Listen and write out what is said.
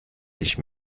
sich